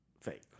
fake